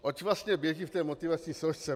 Oč vlastně běží v té motivační složce?